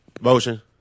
Motion